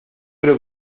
creo